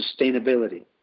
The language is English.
sustainability